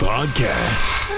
Podcast